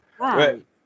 Right